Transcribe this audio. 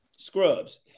Scrubs